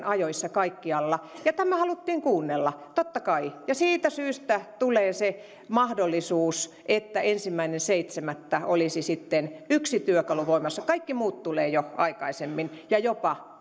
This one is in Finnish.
ajoissa kaikkialla ja tätä haluttiin kuunnella totta kai ja siitä syystä tulee se mahdollisuus että ensimmäinen seitsemättä olisi sitten yksi työkalu voimassa kaikki muut tulevat jo aikaisemmin ja jopa